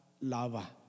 lava